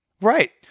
Right